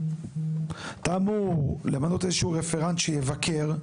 אתה אמור למנות איזה שהוא רפרנט שיבקר,